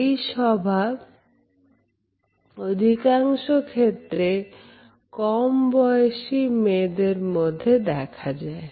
এই স্বভাব অধিকাংশ ক্ষেত্রে কম বয়সী মেয়েদের মধ্যে দেখা যায়